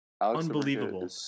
Unbelievable